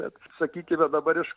kad sakykime dabar iš